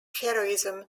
heroism